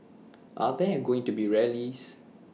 are there going to be rallies